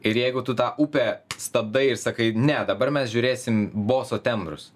ir jeigu tu tą upę stabdai ir sakai ne dabar mes žiūrėsim boso tembrus